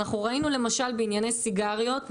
ראינו למשל בענייני סיגריות,